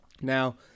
Now